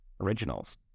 originals